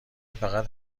فقط